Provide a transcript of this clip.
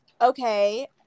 okay